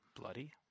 Bloody